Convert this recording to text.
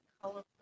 colorful